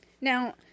Now